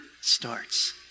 starts